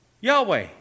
Yahweh